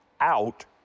out